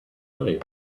way